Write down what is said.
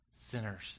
sinners